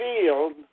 field